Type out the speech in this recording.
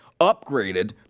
upgraded